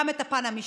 גם את הפן המשטרתי,